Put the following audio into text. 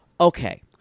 Okay